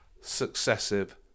successive